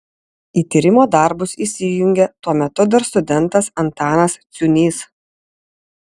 į tyrimo darbus įsijungė tuo metu dar studentas antanas ciūnys